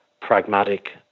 pragmatic